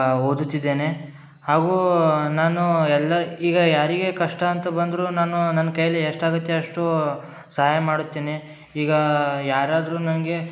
ಓದುತ್ತಿದ್ದೇನೆ ಹಾಗೂ ನಾನು ಎಲ್ಲ ಈಗ ಯಾರಿಗೆ ಕಷ್ಟ ಅಂತ ಬಂದರು ನಾನು ನನ್ನ ಕೈಲಿ ಎಷ್ಟಾಗತ್ತೆ ಅಷ್ಟು ಸಹಾಯ ಮಾಡುತ್ತೇನೆ ಈಗ ಯಾರಾದರು ನನಗೆ